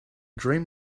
dream